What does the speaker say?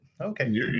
Okay